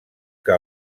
que